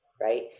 Right